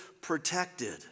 protected